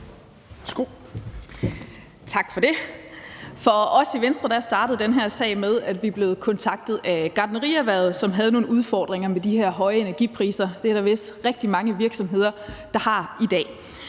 Tak for det. For os i Venstre startede den her sag med, at vi blev kontaktet af gartnerierhvervet, som havde nogle udfordringer med de her høje energipriser. Det er der vist rigtig mange virksomheder der har i dag.